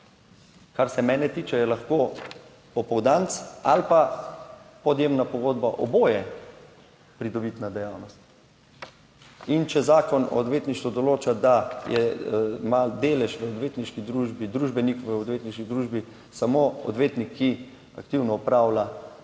Kar se mene tiče, je lahko popoldanc ali pa podjemna pogodba, oboje pridobitna dejavnost in če Zakon o odvetništvu določa, da ima delež v odvetniški družbi, družbenik v odvetniški družbi samo odvetnik, ki aktivno opravlja